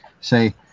say